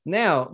now